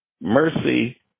mercy